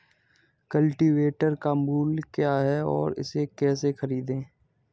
Cultivator का मूल्य क्या है और इसे कैसे खरीदें?